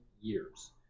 years